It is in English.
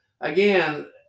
Again